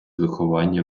виховання